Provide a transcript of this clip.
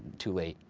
too late.